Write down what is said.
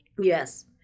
yes